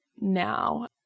now